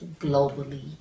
globally